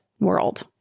world